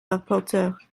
rapporteur